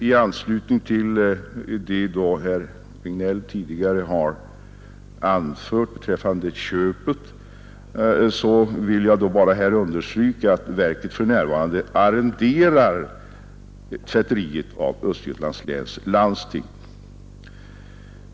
I anslutning till vad herr Regnéll tidigare anfört beträffande köpet vill jag bara understryka att verket för närvarande arrenderar tvätteriet av Östergötlands läns landsting.